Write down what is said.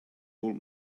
old